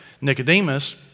Nicodemus